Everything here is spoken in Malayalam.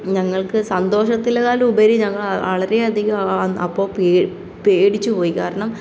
ഞങ്ങൾക്ക് സന്തോഷത്തിലേക്കാൾ ഉപരി ഞങ്ങൾ വളരെയധികം അപ്പോൾ പേടിച്ചുപോയി കാരണം